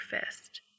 fist